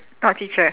not teacher